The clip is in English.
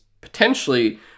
potentially